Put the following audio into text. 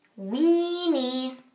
Weenie